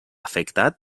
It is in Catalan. afectat